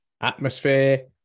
atmosphere